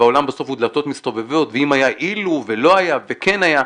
והעולם בסוף הוא דלתות מסתובבות ואם היה אילו ולא היה וכן היה,